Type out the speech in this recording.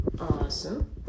Awesome